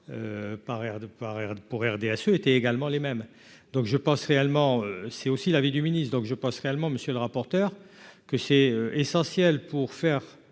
pour RDSE était également les mêmes donc je pense réellement c'est aussi l'avis du ministre donc je pense réellement, monsieur le rapporteur, que c'est essentiel pour faire